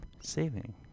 saving